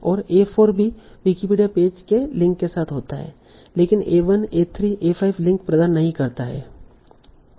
और a4 भी Wikipedia page के लिंक के साथ होता है लेकिन a1 a3 a5 लिंक प्रदान नहीं करता है